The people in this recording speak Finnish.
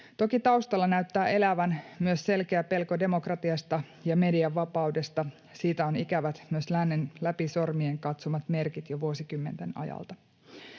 Toki taustalla näyttää elävän myös selkeä pelko demokratiasta ja median vapaudesta. Siitä on ikävät, myös lännen läpi sormien katsomat merkit jo vuosikymmenten ajalta.